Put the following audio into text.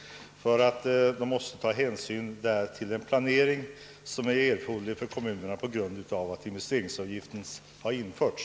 Kommunerna måste ta hänsyn till den planering som skall göras efter det att investeringsavgiften har införts.